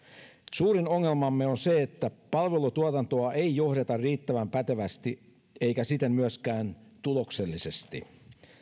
suurin ongelmamme on se että palvelutuotantoa ei johdeta riittävän pätevästi eikä siten myöskään tuloksellisesti